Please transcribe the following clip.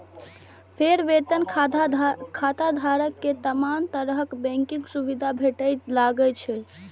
फेर वेतन खाताधारक कें तमाम तरहक बैंकिंग सुविधा भेटय लागै छै